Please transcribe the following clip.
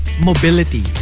mobility